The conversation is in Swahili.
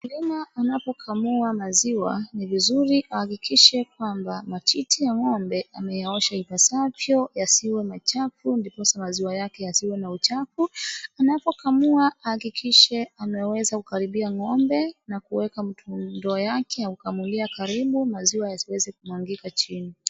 Mkulima anapo kamua maziwa ni vizuri ahakikishe kwamba matiti ya ng'ombe ameyaoosha ipasavyo yasiwe machafu ndiposa maziwa yake yasiwe na uchafu. Anapokamua ahakikishe ameweza kukaribia ng'ombe na kueka ndoo yake ya kukamulia karibu maziwa yasiweze kumwagika chini.